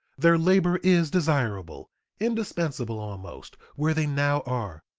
their labor is desirable indispensable almost where they now are.